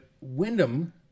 Wyndham